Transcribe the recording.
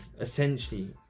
essentially